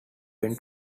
when